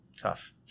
Tough